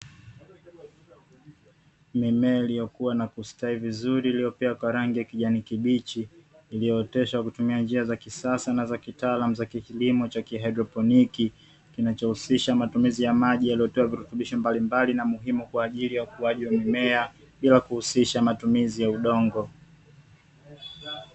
Mimea iliyokua na kustawi vizuri iliyopea kwa rangi ya kijani kibichi,i liyooteshwa kwa kutumia njia za kisasa na za kitaalamu za kilimo cha kihaidroponiki, kinachohusisha matumizi ya maji yaliyotiwa virutubisho mbalimbali na muhimu, kwa ajili ya ukuaji wa mimea bila kuhusisha matumizi ya udongo.